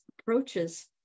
approaches